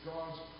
God's